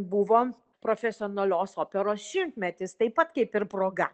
buvo profesionalios operos šimtmetis taip pat kaip ir proga